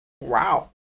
Wow